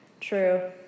True